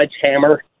sledgehammer